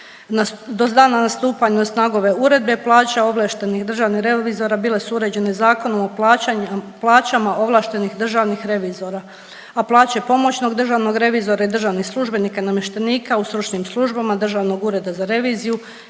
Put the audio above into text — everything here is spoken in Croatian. Do dana stupanja na snagu ove uredbe plaća ovlaštenih državnih revizora bile su uređene Zakonom o plaćama ovlaštenih državnih revizora, a plaće pomoćnog državnog revizora i državnih službenika i namještenika u stručnim službama Državni ured za reviziju